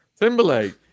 Timberlake